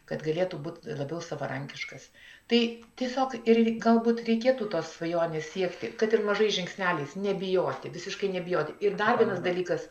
kad galėtų būt labiau savarankiškas tai tiesiog ir galbūt reikėtų tos svajonės siekti kad ir mažais žingsneliais nebijoti visiškai nebijoti ir dar vienas dalykas